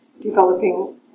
developing